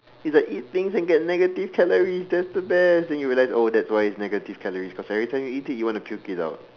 you can eat things and can get negative calories that's the best then you realize oh that's why it's negative calories everytime you eat it you wanna puke it out